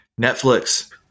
Netflix